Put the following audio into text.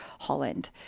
Holland